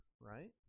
right